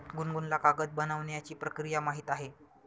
गुनगुनला कागद बनवण्याची प्रक्रिया माहीत आहे